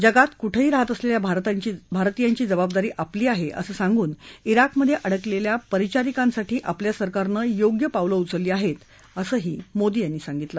जागत कुठंही राहत असलेल्या भारतीयांची जबाबदारी आपली आहे असं सांगून विकमधे अडकलेल्या परिचारिकांसाठी आपल्या सरकारनं योग्य पावलं उचलली पाहिजेत असं त्यांनी सांगितलं